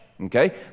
Okay